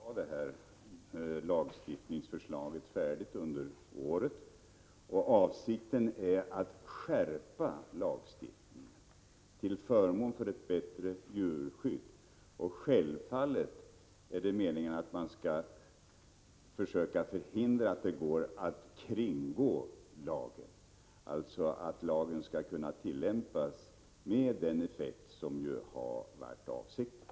Fru talman! Jag har tidigare svarat att vi räknar med att ha lagstiftningsförslaget färdigt under året. Avsikten är att skärpa lagstiftningen, till förmån för ett bättre djurskydd. Självfallet är det meningen att försöka förhindra att det går att kringgå lagen, dvs. att lagen skall kunna tillämpas med den effekt som har varit avsikten.